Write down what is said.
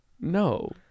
No